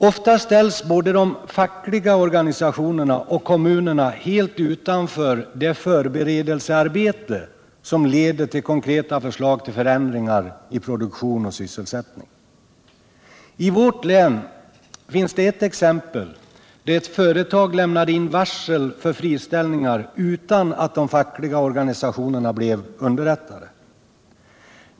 Ofta ställs både de fackliga organisationerna och kommunerna helt utanför det förberedelsearbete som leder till konkreta förslag till förändringar i produktion och sysselsättning. I vårt län finns det ett exempel på att ett företag lämnade varsel om friställningar utan att de fackliga organisationerna blev underrättade.